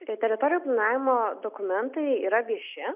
tai teritorijų planavimo dokumentai yra vieši